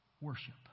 worship